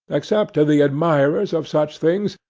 except to the admirers of such things,